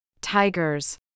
Tigers